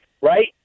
Right